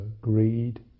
greed